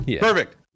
Perfect